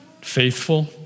faithful